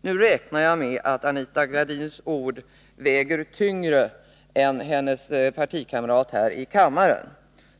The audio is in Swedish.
Nu räknar jag med att Anita Gradins ord väger tyngre än hennes partikamrats här i kammaren.